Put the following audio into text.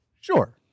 Sure